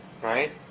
Right